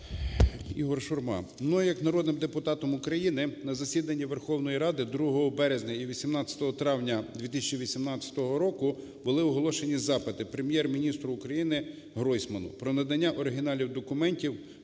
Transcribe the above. ІгорШурма. Мною, як народним депутатом України на засіданні Верховної Ради 2 березня і 18 травня 2018 року були оголошені запити Прем'єр-міністру України Гройсману про надання оригіналів документів